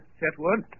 Chetwood